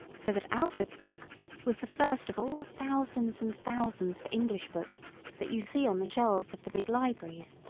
so that alfred's book was the first of all the thousands and thousands of english books that you see on the shelves of the big libraries.